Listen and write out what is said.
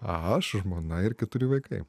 aš žmona ir keturi vaikai